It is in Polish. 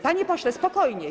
Panie pośle, spokojnie.